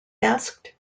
asked